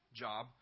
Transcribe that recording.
job